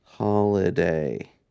holiday